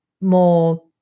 more